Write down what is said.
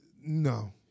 No